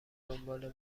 دنبال